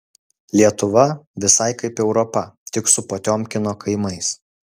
lietuva visai kaip europa tik su potiomkino kaimais